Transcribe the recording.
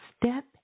step